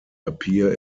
appear